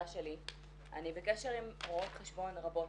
שלי אני בקשר עם רואות חשבון רבות,